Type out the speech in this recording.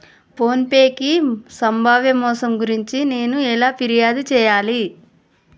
phone పేకి సంభావ్య మోసం గురించి నేను ఎలా ఫిర్యాదు చేయాలి